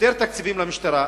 יותר תקציבים למשטרה,